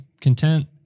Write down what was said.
content